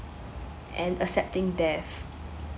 and accepting death